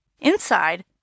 Inside